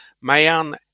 Mayan